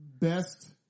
best